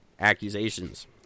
accusations